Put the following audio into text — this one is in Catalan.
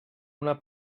una